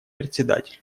председатель